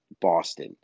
Boston